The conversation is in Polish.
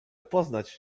poznać